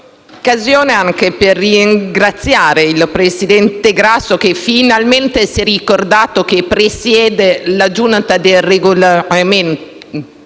l'occasione anche per ringraziare il Presidente Grasso, che finalmente si è ricordato che presiede la Giunta per il Regolamento.